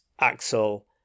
Axel